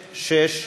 סעיפים 5, 6,